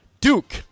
Duke